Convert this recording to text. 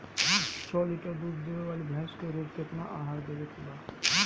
छह लीटर दूध देवे वाली भैंस के रोज केतना आहार देवे के बा?